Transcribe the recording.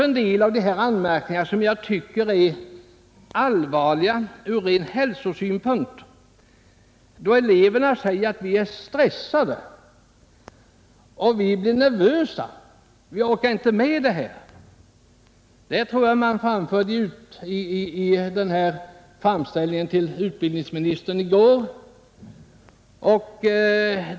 En del av dessa anmärkningar är allvarliga även ur hälsosynpunkt. Eleverna säger att de är stressade, att de blir nervösa och att de inte orkar med. Detta underströks i framställningen till utbildningsministern.